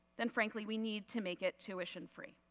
then frankly we need to make it tuition free.